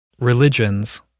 Religions